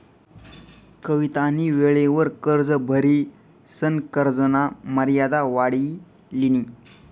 कवितानी वेळवर कर्ज भरिसन कर्जना मर्यादा वाढाई लिनी